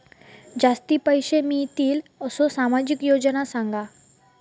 जास्ती पैशे मिळतील असो सामाजिक योजना सांगा?